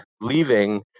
leaving